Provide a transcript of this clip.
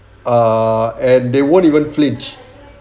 uh and they won't even flinch